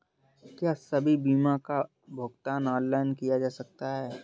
क्या सभी बीमा का भुगतान ऑनलाइन किया जा सकता है?